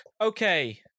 Okay